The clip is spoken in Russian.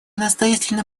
настоятельно